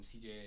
CJ